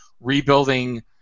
rebuilding